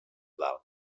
dalt